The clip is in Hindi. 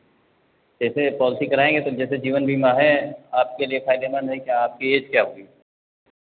जैसे पॉलिसी कराएंगे तो जैसे जीवन बीमा है आपके लिए फायदेमंद है कि आपकी एज क्या होगी